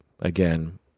again